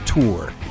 tour